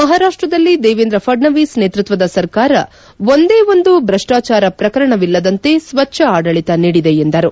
ಮಹಾರಾಷ್ವದಲ್ಲಿ ದೇವೇಂದ್ರ ಫಡ್ನವೀಸ್ ನೇತೃತ್ವದ ಸರ್ಕಾರ ಒಂದೇ ಒಂದು ಭ್ರಷ್ಟಾಚಾರ ಪ್ರಕರಣವಿಲ್ಲದಂತೆ ಸ್ವಚ್ಟ ಆಡಳಿತ ನೀಡಿದೆ ಎಂದರು